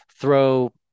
throw